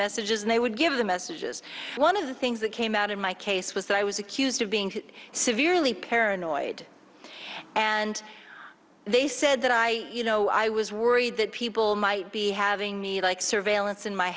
messages and they would give the messages one of the things that came out in my case was that i was accused of being severely paranoid and they said that i you know i was worried that people might be having me like surveillance in my